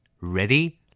Ready